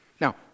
Now